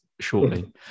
shortly